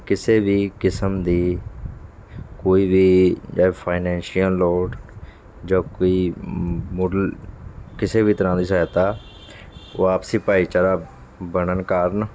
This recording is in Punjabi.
ਕਿਸੇ ਵੀ ਕਿਸਮ ਦੀ ਕੋਈ ਵੀ ਫਾਈਨੈਂਸ਼ੀਅਲ ਲੋੜ ਜੋ ਕੋਈ ਮਾਡਲ ਕਿਸੇ ਵੀ ਤਰ੍ਹਾਂ ਦੀ ਸਹਾਇਤਾ ਉਹ ਆਪਸੀ ਭਾਈਚਾਰਾ ਬਣਨ ਕਾਰਨ